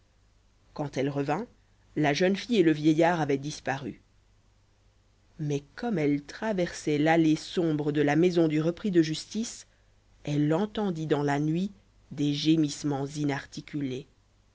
quant elle revint la jeune fille et le vieillard avaient disparu mais comme elle traversait l'allée sombre de la maison du repris de justice elle entendit dans la nuit des gémissements